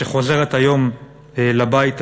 שחוזרת היום לבית הזה,